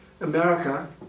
America